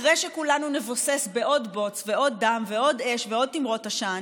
אחרי שכולנו נבוסס בעוד בוץ ועוד דם ועוד אש ועוד תימרות עשן,